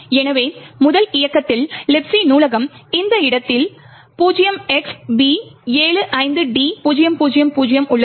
எனவே முதல் இயக்கத்தில் Libc நூலகம் இந்த இடத்தில் 0xb75d000 உள்ளது